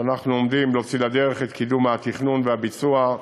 אנחנו עומדים להוציא לדרך את קידום התכנון והביצוע,